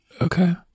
Okay